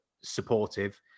supportive